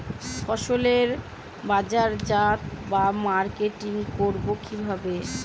ফসলের বাজারজাত বা মার্কেটিং করব কিভাবে?